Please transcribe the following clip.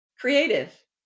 creative